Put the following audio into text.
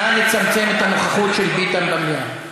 נא לצמצם את הנוכחות של ביטן במליאה.